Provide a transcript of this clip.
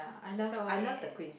so eh